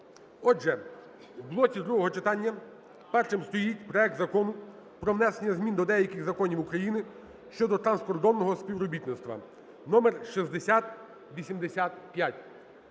Отже, в блоці другого читання першим стоїть проект Закону про внесення змін до деяких законів України щодо транскордонного співробітництва (№ 6085).